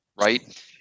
right